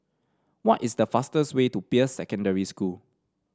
what is the fastest way to Peirce Secondary School